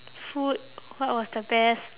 food what was the best